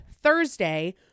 Thursday